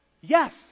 Yes